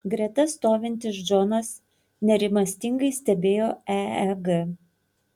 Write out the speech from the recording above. greta stovintis džonas nerimastingai stebėjo eeg